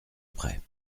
après